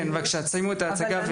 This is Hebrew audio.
כן בבקשה, תסיימו את ההצגה.